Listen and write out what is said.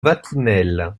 vatinelle